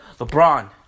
LeBron